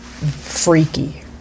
freaky